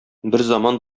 берзаман